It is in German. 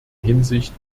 hinsicht